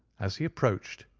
as he approached,